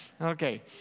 Okay